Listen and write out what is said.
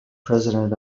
president